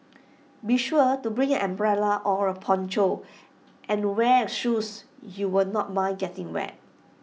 be sure to bring an umbrella or A poncho and wear shoes you will not mind getting wet